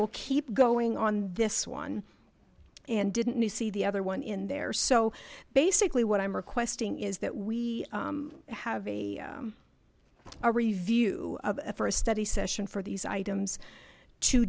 will keep going on this one and didn't you see the other one in there so basically what i'm requesting is that we have a a review of a for a study session for these items to